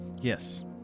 Yes